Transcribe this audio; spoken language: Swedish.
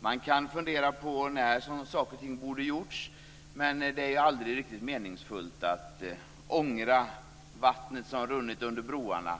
Man kan fundera på när saker och ting borde ha gjorts, men det är aldrig riktigt meningsfullt att ångra vattnet som runnit under broarna.